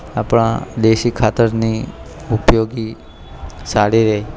આપણાં દેશી ખાતરની ઉપયોગી સારી રહે